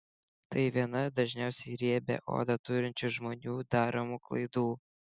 tai viena dažniausiai riebią odą turinčių žmonių daromų klaidų